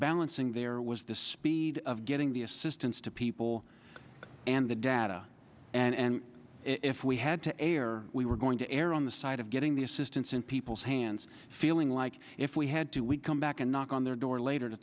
balancing there was the speed of getting the assistance to people and the data and if we had to err we were going to err on the side of getting the assistance in people's hands feeling like if we had to we come back and knock on their door later to